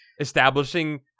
establishing